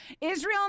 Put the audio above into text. Israel